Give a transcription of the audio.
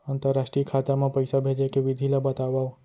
अंतरराष्ट्रीय खाता मा पइसा भेजे के विधि ला बतावव?